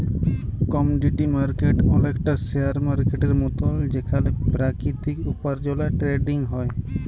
commodity market অলেকটা share মার্কেটের মতল যেখালে পেরাকিতিক উপার্জলের টেরেডিং হ্যয়